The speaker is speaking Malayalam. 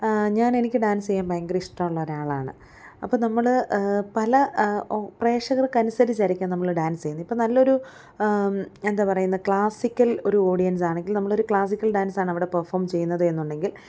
ഞാൻ എനിക്ക് ഡാൻസ് ചെയ്യാൻ ഭയങ്കര ഇഷ്ടമുള്ള ഒരാളാണ് അപ്പം നമ്മൾ പല പ്രേഷകർക്ക് അനുസരിച്ചായിരിക്കും നമ്മൾ ഡാൻസ് ചെയ്യുന്നത് ഇപ്പം നല്ലൊരു എന്താണ് പറയുന്നത് ക്ലാസിക്കൽ ഒരു ഓഡിയൻസ് ആണെങ്കിൽ നമ്മൾ ഒരു ക്ലാസിക്കൽ ഡാൻസ് ആണ് അവിടെ പെർഫോം ചെയ്യുന്നത് എന്നുണ്ടെങ്കിൽ